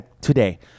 today